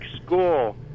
school